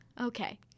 Okay